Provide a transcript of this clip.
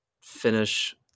finish